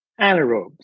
anaerobes